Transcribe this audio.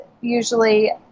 usually